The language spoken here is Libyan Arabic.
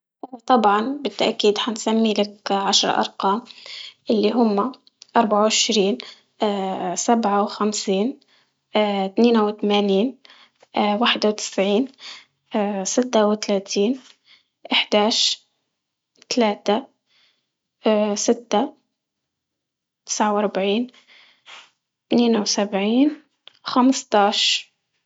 اه طبعا بالتأكيد حنسمي لك عشر أرقام، اللي هم اربعة وعشرين اه سبعة وخمسين، اه تمانة وتمانين اه واحد وتسعين اه وتلاتين، احداش، تلاتة، اه ستة تسعة وربعين تنين وسبعين خمسطاش.